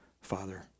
Father